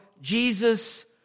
Jesus